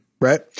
right